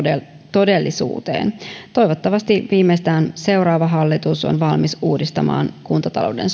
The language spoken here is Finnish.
todellisuuteen toivottavasti viimeistään seuraava hallitus on valmis uudistamaan kuntatalouden